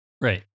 Right